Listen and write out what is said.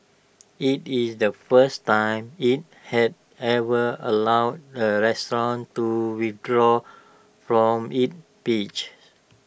IT is the first time IT has ever allowed A restaurant to withdraw from its pages